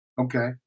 Okay